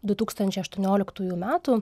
du tūkstančiai aštuonioliktųjų metų